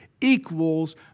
equals